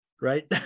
right